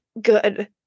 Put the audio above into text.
good